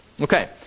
Okay